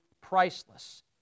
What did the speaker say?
priceless